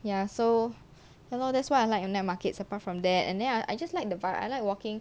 ya so ya lor that's why I like the night markets apart from that and then I just like the vibe I like walking